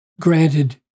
granted